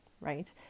right